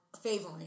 favoring